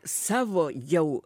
savo jau